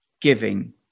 giving